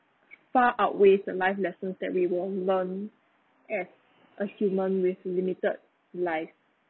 far outweighs the life lessons that we won't learn as a human with limited life